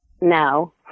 no